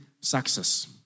success